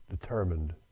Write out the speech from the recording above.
determined